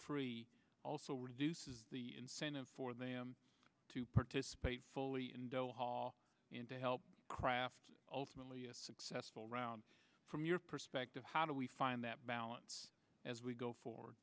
free also reduces the incentive for them to participate fully in doha and to help craft ultimately a successful round from your perspective how do we find that balance as we go forward